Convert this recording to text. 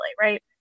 right